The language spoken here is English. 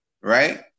right